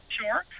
sure